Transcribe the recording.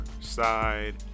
side